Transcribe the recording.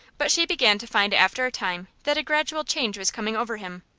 but she began to find after a time that a gradual change was coming over him.